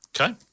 Okay